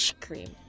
cream